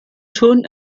schon